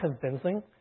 convincing